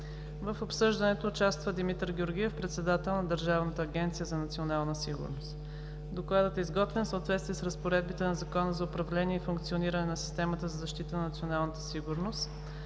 В обсъждането участва Димитър Георгиев, председател на Държавната агенция „Национална сигурност“. Докладът е изготвен в съответствие с разпоредбите на Закона за управление и функциониране на системата за защита на националната сигурност